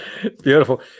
Beautiful